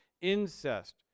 incest